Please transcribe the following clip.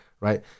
Right